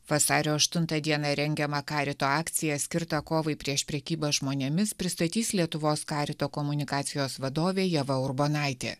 vasario aštuntą dieną rengiamą karito akciją skirtą kovai prieš prekybą žmonėmis pristatys lietuvos karito komunikacijos vadovė ieva urbonaitė